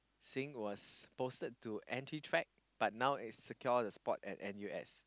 saying was posted to N_T_U track but now is secure a spot at N_U_S